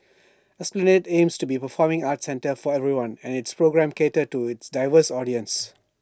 esplanade aims to be A performing arts centre for everyone and its programmes cater to its diverse audiences